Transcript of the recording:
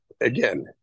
again